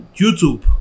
YouTube